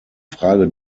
frage